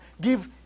give